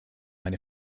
eine